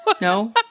No